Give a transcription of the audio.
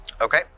Okay